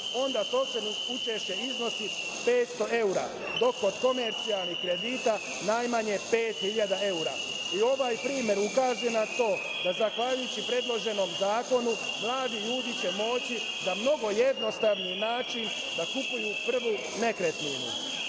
onda procenat učešća iznosi 500 eura, dok kod komercijalnih kredita najmanje 5.000 eura. Ovaj primer ukazuje na to da zahvaljujući predloženom zakonu mladi ljudi će moći na mnogo jednostavan način da kupuju prvu nekretninu. Poštovani